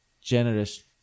generous